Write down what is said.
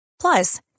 Plus